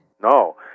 No